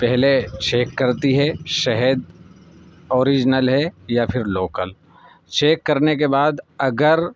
پہلے چیک کرتی ہے شہد اوریجنل ہے یا پھر لوکل چیک کرنے کے بعد اگر